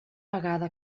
vegada